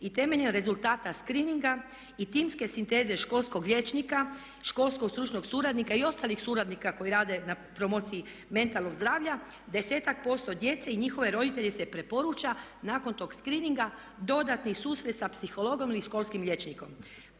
i temeljem rezultata screeninga i timske sinteze školskog liječnika, školskog stručnog suradnika i ostalih suradnika koji rade na promociji mentalnog zdravlja desetak posto djece i njihove roditelje se preporuča nakon tog screeninga dodati susret sa psihologom ili školskim liječnikom.